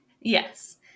Yes